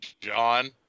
John